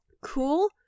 cool